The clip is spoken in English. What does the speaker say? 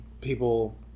people